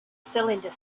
cylinder